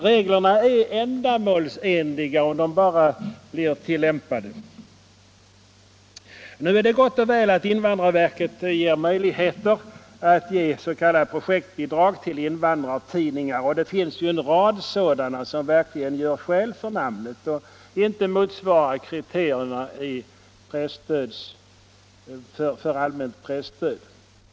Reglerna är ändamålsenliga, om de bara blir tilllämpade. Nu är det gott och väl att invandrarverket får möjligheter att ge s.k. projektbidrag till invandrartidningar, och det finns ju en rad sådana som verkligen gör skäl för namnet och inte motsvarar kriterierna för allmänt presstöd.